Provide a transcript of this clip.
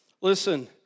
Listen